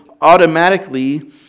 automatically